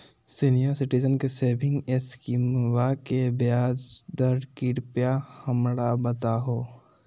senior citizen के saving स्कीमवा के ब्याज दर कृपया हमरा बताहो